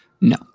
No